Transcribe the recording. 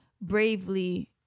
bravely